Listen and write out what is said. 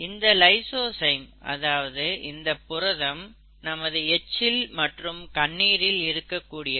இந்த லைசோசைம் அதாவது இந்த புரதம் நமது எச்சில் மற்றும் கண்ணீரில் இருக்கக் கூடியது